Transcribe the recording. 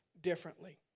differently